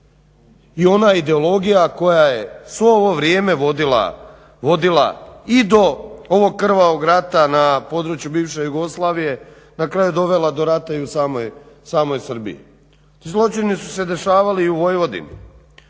i ona ideologija koja je sve ovo vrijeme vodila i do ovog krvavog rata na području bivše Jugoslavije, na kraju dovela do rata u samoj Srbiji. Zločini su se dešavali i u Vojvodini,